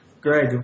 Greg